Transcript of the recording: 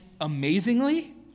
amazingly